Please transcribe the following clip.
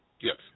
Yes